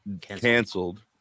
canceled